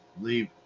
leave